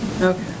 Okay